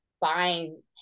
buying